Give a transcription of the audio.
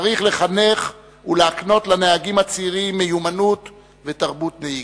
צריך לחנך ולהקנות לנהגים הצעירים מיומנות ותרבות נהיגה.